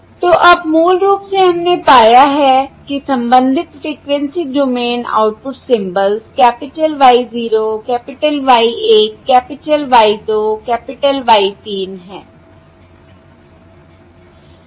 तो अब मूल रूप से हमने पाया है कि संबंधित frequency domain output symbols capital Y 0 capital Y 1 capital Y 2 capital Y 3 है